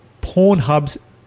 Pornhub's